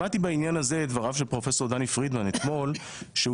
בעניין הזה שמעתי את דבריו של פרופסור דני פרידמן אתמול שהוא